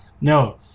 No